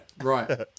right